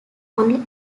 only